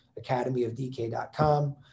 academyofdk.com